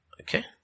Okay